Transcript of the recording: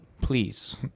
please